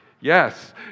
yes